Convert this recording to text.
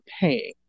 paying